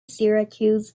syracuse